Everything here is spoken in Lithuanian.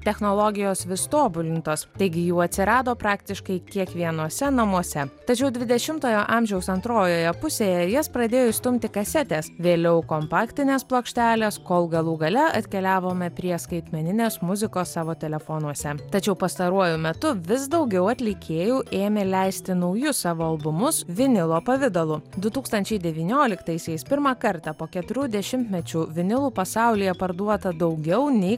technologijos vis tobulintos taigi jų atsirado praktiškai kiekvienuose namuose tačiau dvidešimtojo amžiaus antrojoje pusėje jas pradėjo išstumti kasetės vėliau kompaktinės plokštelės kol galų gale atkeliavome prie skaitmeninės muzikos savo telefonuose tačiau pastaruoju metu vis daugiau atlikėjų ėmė leisti naujus savo albumus vinilo pavidalu du tūkstančiai devynioliktaisiais pirmą kartą po keturių dešimtmečių vinilų pasaulyje parduota daugiau nei